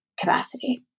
Capacity